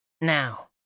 Now